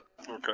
Okay